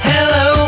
Hello